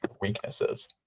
weaknesses